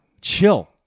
chill